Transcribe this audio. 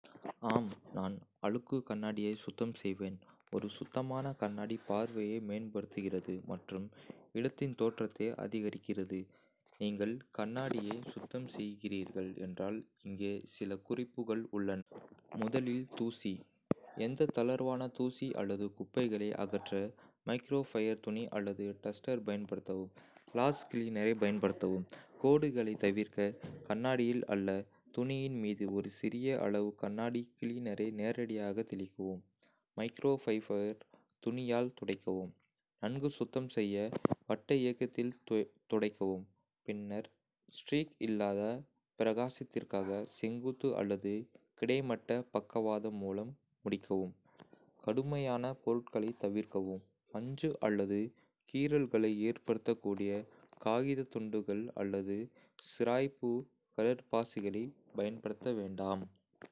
ஆம், நான் அழுக்கு கண்ணாடியை சுத்தம் செய்வேன். ஒரு சுத்தமான கண்ணாடி பார்வையை மேம்படுத்துகிறது மற்றும் இடத்தின் தோற்றத்தை அதிகரிக்கிறது. நீங்கள் கண்ணாடியை சுத்தம் செய்கிறீர்கள் என்றால், இங்கே சில குறிப்புகள் உள்ளன. முதலில் தூசி: எந்த தளர்வான தூசி அல்லது குப்பைகளை அகற்ற மைக்ரோஃபைபர் துணி அல்லது டஸ்டர் பயன்படுத்தவும். கிளாஸ் கிளீனரைப் பயன்படுத்தவும்: கோடுகளைத் தவிர்க்க கண்ணாடியில் அல்ல, துணியின் மீது ஒரு சிறிய அளவு கண்ணாடி கிளீனரை நேரடியாக தெளிக்கவும். மைக்ரோஃபைபர் துணியால் துடைக்கவும் நன்கு சுத்தம் செய்ய வட்ட இயக்கத்தில் துடைக்கவும், பின்னர் ஸ்ட்ரீக் இல்லாத பிரகாசத்திற்காக செங்குத்து அல்லது கிடைமட்ட பக்கவாதம் மூலம் முடிக்கவும். கடுமையான பொருட்களைத் தவிர்க்கவும் பஞ்சு அல்லது கீறல்களை ஏற்படுத்தக்கூடிய காகித துண்டுகள் அல்லது சிராய்ப்பு கடற்பாசிகளைப் பயன்படுத்த வேண்டாம்.